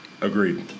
Agreed